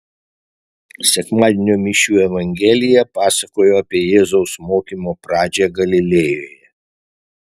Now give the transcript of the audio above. sekmadienio mišių evangelija pasakojo apie jėzaus mokymo pradžią galilėjoje